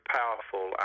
powerful